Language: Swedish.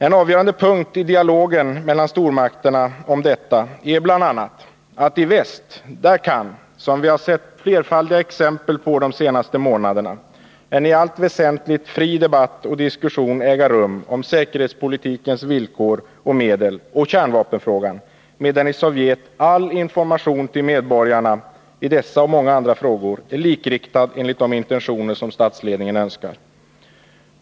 En avgörande punkt i dialogen mellan stormakterna om detta är bl.a. att i väst kan — som vi sett flerfaldiga exempel på de senaste månaderna — en i allt väsentligt fri debatt och diskussion äga rum om säkerhetspolitikens villkor och medel och om kärnvapenfrågan, medan i Sovjet all information i dessa och i många andra frågor till medborgarna är likriktad enligt de intentioner som statsledningen önskar.